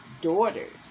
daughters